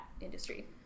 industry